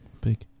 big